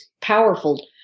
powerful